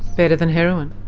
better than heroin.